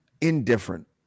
Indifferent